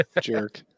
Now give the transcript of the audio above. jerk